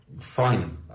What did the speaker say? Fine